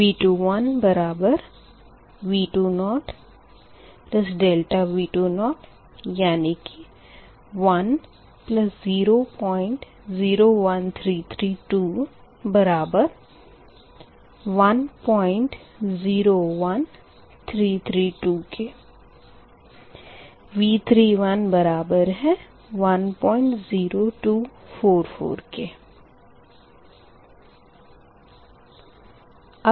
V2बराबर V2∆V2 यानी कि 10 001332 बराबर 101332 के V3 बराबर है 10244 के होगा